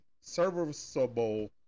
serviceable